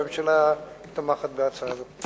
הממשלה תומכת בהצעה הזו.